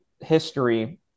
history